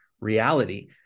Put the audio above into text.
reality